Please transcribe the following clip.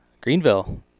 Greenville